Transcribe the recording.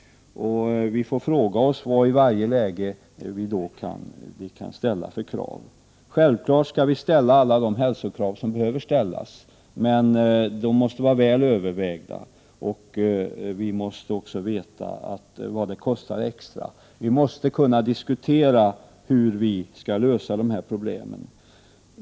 Vi får fråga oss vilka krav vi kan ställa i varje läge. Självfallet skall vi ställa alla de hälsokrav som är nödvändiga. Men de måste vara väl övervägda. Vi måste också veta vad det kostar extra. Vi måste kunna diskutera hur vi skall lösa dessa problem.